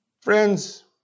Friends